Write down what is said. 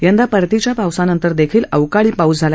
यंदा परतीच्या पावसानंतर देखील अवकाळी पाऊस झाला